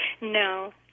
No